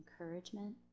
encouragement